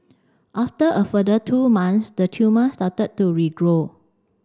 after a further two months the tumour started to regrow